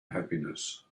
happiness